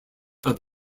are